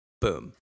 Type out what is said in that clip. boom